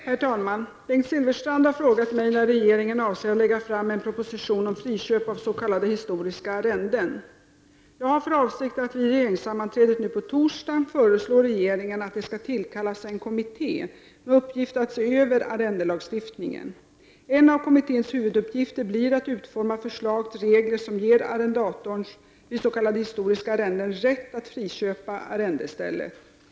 Herr talman! Bengt Silfverstrand har frågat mig när regeringen avser att lägga fram en proposition om friköp av s.k. historisa arrenden. Jag har för avsikt att vid regeringssammanträdet nu på torsdag föreslå regeringen att det skall tillkallas en kommitté med uppgift att se över arrendelagstiftningen. En av kommitténs huvuduppgifter blir att utforma förslag till regler som ger arrendatorn vid s.k. historiskt arrende rätt att friköpa arrendestället.